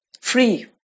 Free